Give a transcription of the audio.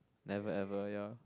never ever ya